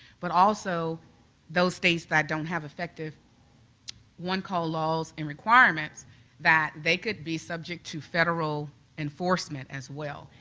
but also those states that don't have effective one call laws and requirements that they could be subject to federal enforcement, as well.